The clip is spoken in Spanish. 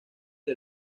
que